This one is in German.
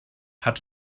hat